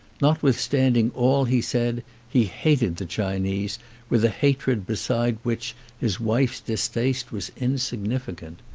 notwithstanding all he said he hated the chinese with a hatred beside which his wife's distaste was insignificant.